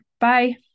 Bye